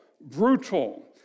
brutal